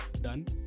done